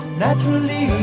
naturally